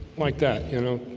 like that, you know